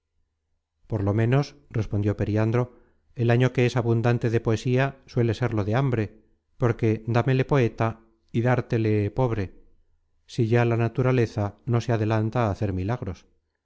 por lo menos respondió periandro el año que es abundante de poesía suele serlo de hambre porque dámele poeta y dártele he pobre si ya la naturaleza no se adelanta á hacer milagros y síguese la consecuencia hay